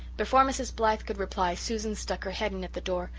before mrs. blythe could reply susan stuck her head in at the door,